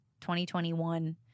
2021